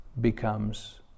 becomes